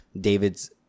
David's